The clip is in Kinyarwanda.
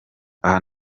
aha